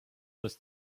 dass